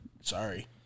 sorry